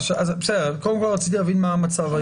קודם רציתי להבין מה המצב היום.